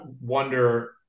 wonder